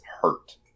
hurt